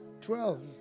Twelve